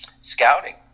scouting